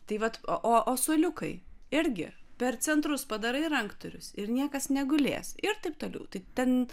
tai vat o o o suoliukai irgi per centrus padarai ranktūrius ir niekas negulės ir taip toliau tai ten